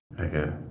Okay